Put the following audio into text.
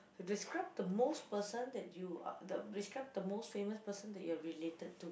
to describe the most person that you uh the describe the most famous person you are related to